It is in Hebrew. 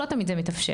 לא תמיד זה מתאפשר.